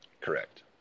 correct